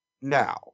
Now